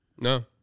No